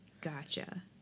Gotcha